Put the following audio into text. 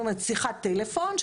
זאת אומרת שיחת טלפון,